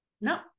No